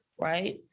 right